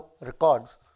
records